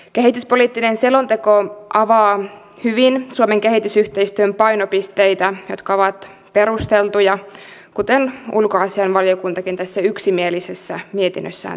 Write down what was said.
kehityspoliittinen selonteko avaa hyvin suomen kehitysyhteistyön painopisteitä jotka ovat perusteltuja kuten ulkoasiainvaliokuntakin tässä yksimielisessä mietinnössään toteaa